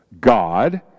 God